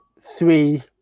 three